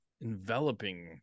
enveloping